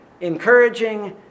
encouraging